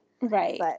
Right